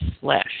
flesh